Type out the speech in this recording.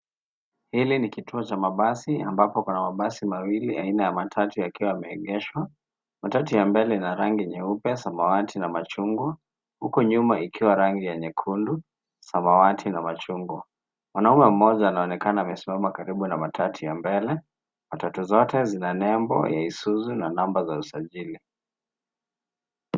Hili ni kituo cha mabasi ambapo kuna mabasi mawili aina ya matatu yakiwa yameegeshwa. Matatu ya mbele ina rangi nyeupe, samawati na machungwa, huku nyuma ikiwa rangi ya nyekundu, samawati na machungwa. Mwanaume mmoja anaonekana amesimama karibu na matatu ya mbele, matatu zote zina nembo ya Isuzu na namba za usajili.